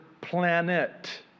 planet